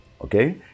Okay